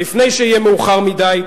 לפני שיהיה מאוחר מדי,